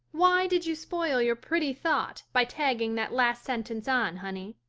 why did you spoil your pretty thought by tagging that last sentence on honey?